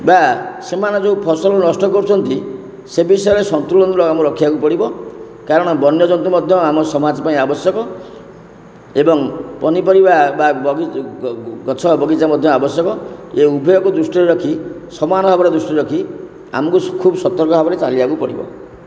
ବା ସେମାନେ ଯେଉଁ ଫସଲ ନଷ୍ଟ କରୁଛନ୍ତି ସେ ବିଷୟରେ ସନ୍ତୁଳନ ଆମକୁ ରଖିବାକୁ ପଡ଼ିବ କାରଣ ବନ୍ୟଜନ୍ତୁ ମଧ୍ୟ ଆମ ସମାଜ ପାଇଁ ଆବଶ୍ୟକ ଏବଂ ପନିପରିବା ବା ଗଛ ବଗିଚା ମଧ୍ୟ ଆବଶ୍ୟକ ଏ ଉଭୟକୁ ଦୃଷ୍ଟିରେ ରଖି ସମାନ ଭାବରେ ଦୃଷ୍ଟିରେ ରଖି ଆମୁକୁ ଖୁବ୍ ସତର୍କ ଭାବରେ ଚାଲିବାକୁ ପଡ଼ିବ